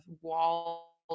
wall